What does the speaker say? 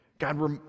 God